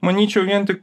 manyčiau vien tik